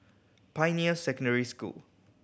Pioneer Secondary School